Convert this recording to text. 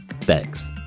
Thanks